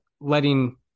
letting